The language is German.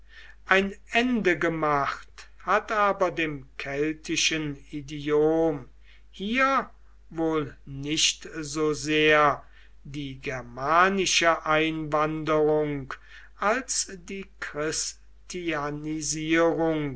ein ende gemacht hat aber dem keltischen idiom hier wohl nicht so sehr die germanische einwanderung als die